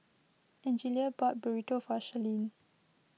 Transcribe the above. Angelia bought Burrito for Shirleen